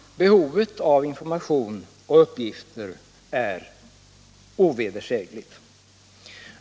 Behovet av information och uppgifter är ovedersägligt.